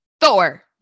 Thor